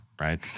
right